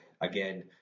again